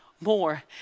more